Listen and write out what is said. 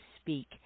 Speak